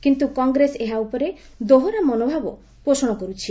କିନ୍ତୁ କଂଗ୍ରେସ ଏହା ଉପରେ ଦୋହରା ମନୋଭାଗ ପୋଷଣ କରୁଛି